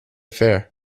fare